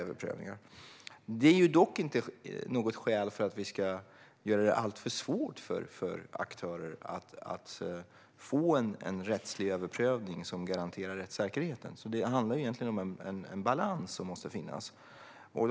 Detta är dock inte något skäl för att vi ska göra det alltför svårt för aktörer att få en rättslig överprövning som garanterar rättssäkerheten, utan det handlar om att det måste finnas en balans.